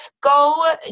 go